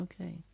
Okay